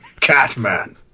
Catman